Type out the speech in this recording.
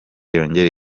yongere